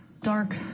Dark